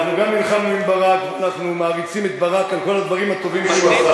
גם נלחמנו עם ברק ואנחנו מעריצים את ברק על כל הדברים הטובים שהוא עשה.